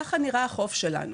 ככה נראה החוף שלנו.